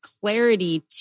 clarity